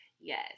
yes